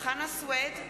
חנא סוייד,